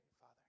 Father